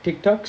tik tok